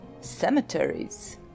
cemeteries